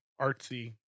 artsy